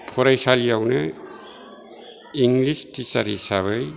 फरायसालियावनो English teacher हिसाबै